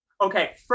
Okay